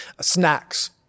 snacks